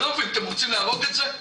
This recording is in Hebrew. אני לא מבין אתם רוצים להרוג את זה?